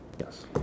Yes